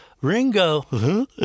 Ringo